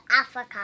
Africa